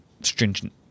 stringent